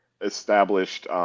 established